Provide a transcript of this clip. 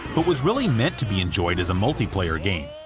but was really meant to be enjoyed as a multiplayer game.